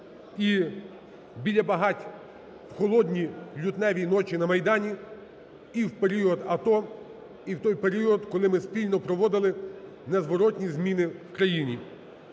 і біля багать в холодні лютневі ночі на Майдані, і в період АТО, і в той період, коли ми спільно проводили незворотні зміни в країні.